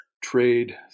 trade